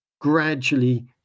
gradually